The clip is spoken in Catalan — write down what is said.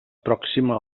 pròxima